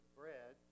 bread